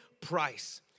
price